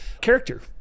character